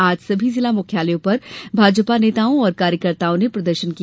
आज सभी जिला मुख्यालयों पर भाजपा नेताओं और कार्यकर्ताओं ने प्रदर्शन किया